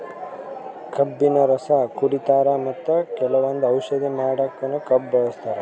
ಕಬ್ಬಿನ್ ರಸ ಕುಡಿತಾರ್ ಮತ್ತ್ ಕೆಲವಂದ್ ಔಷಧಿ ಮಾಡಕ್ಕನು ಕಬ್ಬ್ ಬಳಸ್ತಾರ್